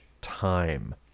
time